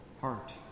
heart